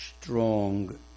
strong